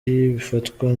bifatwa